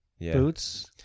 boots